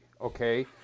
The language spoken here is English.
okay